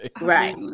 Right